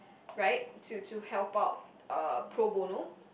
right to to help out uh pro bono